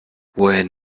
woher